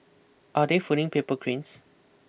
are they folding paper cranes